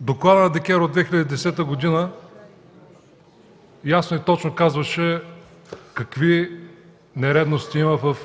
Докладът на ДКЕВР от 2010 г. ясно и точно казваше какви нередности има в